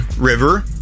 River